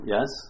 Yes